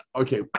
Okay